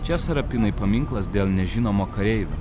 čia sarapinai paminklas dėl nežinomo kareivio